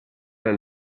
del